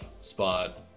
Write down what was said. spot